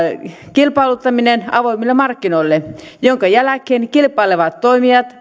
kilpailuttaminen avoimille markkinoille minkä jälkeen kilpailevat toimijat